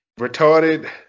retarded